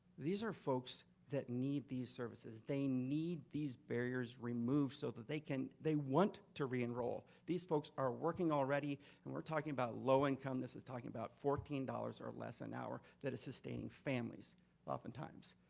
these are folks that need these services. they need these barriers removed so that they can, they want to re-enroll. these folks are working already and we're talking about low income, this is talking about fourteen dollars or less an hour that is sustaining families oftentimes.